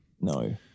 No